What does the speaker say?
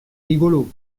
rigolo